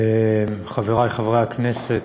תודה רבה, חברי חברי הכנסת,